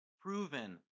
proven